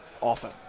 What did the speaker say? often